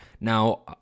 Now